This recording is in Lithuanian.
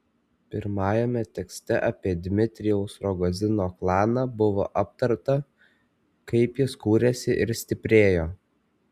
pirmajame tekste apie dmitrijaus rogozino klaną buvo aptarta kaip jis kūrėsi ir stiprėjo